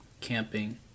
camping